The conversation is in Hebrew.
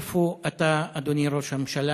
איפה אתה, אדוני ראש הממשלה?